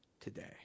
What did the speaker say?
today